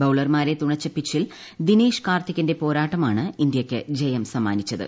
ബൌളർമാരെ തുണച്ച പിച്ചിൽ ദിനേശ് കാർത്തിക്കിന്റെ പോരാട്ടമാണ് ഇന്ത്യയ്ക്ക് ജയം സമ്മാനിച്ചത്